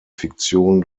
fiktion